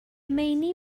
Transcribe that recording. meini